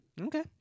Okay